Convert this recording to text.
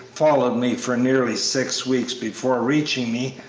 followed me for nearly six weeks before reaching me,